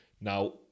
Now